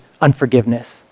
unforgiveness